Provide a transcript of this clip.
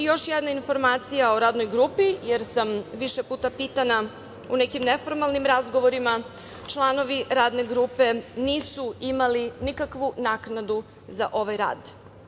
Još jedna informacija o Radnoj grupi, jer sam više puta pitana u nekim neformalnim razgovorima - članovi Radne grupe nisu imali nikakvu naknadu za ovaj rad.